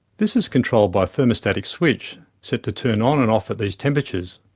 this is controlled by a thermostatic switch, set to turn on and off at these temperatures.